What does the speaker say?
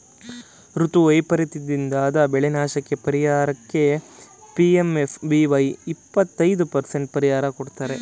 ಋತು ವೈಪರೀತದಿಂದಾದ ಬೆಳೆನಾಶಕ್ಕೇ ಪರಿಹಾರಕ್ಕೆ ಪಿ.ಎಂ.ಎಫ್.ಬಿ.ವೈ ಇಪ್ಪತೈದು ಪರಸೆಂಟ್ ಪರಿಹಾರ ಕೊಡ್ತಾರೆ